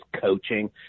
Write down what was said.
coaching